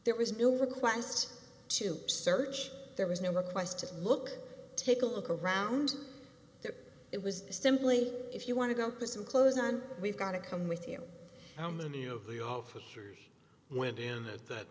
there was no request to search there was no request to look take a look around there it was simply if you want to go put some clothes on we've got to come with you how many of the officers went in that